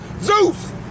zeus